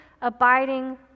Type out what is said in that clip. abiding